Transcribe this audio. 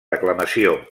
aclamació